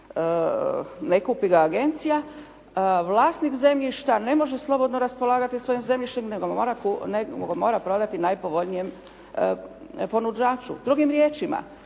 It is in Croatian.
ne kupi ga agencija, vlasnik zemljišta ne može slobodno raspolagati svojim zemljištem nego mora prodati najpovoljnijem ponuđaču. Drugim riječima